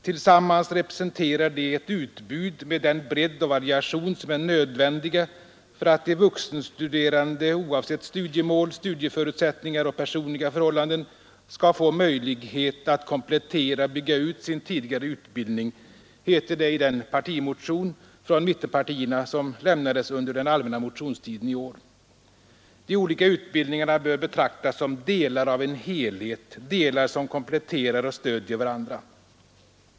”Tillsammans representerar de ett utbud med den bredd och variation som är nödvändiga för att de vuxenstuderande oavsett studiemål, studieförutsättningar och personliga förhållanden skall få möjlighet att komplettera och bygga ut sin tidigare utbildning”, heter det i den partimotion från mittenpartierna som avlämnades under den allmänna motionstiden i år. De olika utbildningarna bör betraktas som delar av en helhet, delar som kompletterar och stöder varandra.